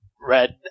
red